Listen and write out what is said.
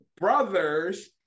brothers